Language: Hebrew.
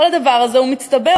כל הדבר הזה מצטבר.